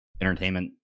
entertainment